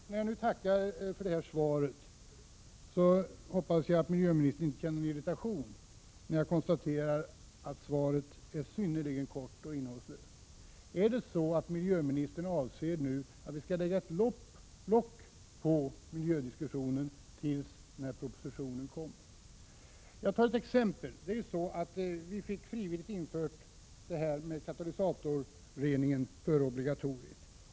När jag nu tackar för svaret och säger att det är synnerligen kort och innehållslöst, hoppas jag att miljöministern inte känner irritation. Menar miljöministern att vi skall lägga lock på miljödiskussionen tills propositionen kommer? Jag skall ta ett exempel. Vi fick ju frivillig katalysatorrening före obligatoriet.